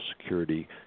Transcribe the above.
security